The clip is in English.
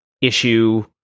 issue